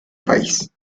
país